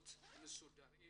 מקצועות מסודרים